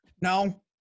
no